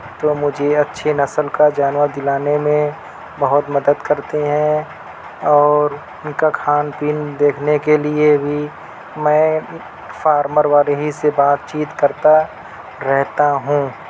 تو مجھے اچھی نسل کا جانور دلانے میں بہت مدد کرتے ہیں اور ان کا کھان پان دیکھنے کے لیے بھی میں فارمر والے ہی سے بات چیت کرتا رہتا ہوں